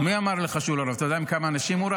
הוא לא רב.